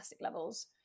levels